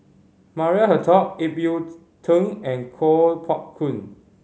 Maria Hertogh Ip Yiu Tung and Kuo Pao Kun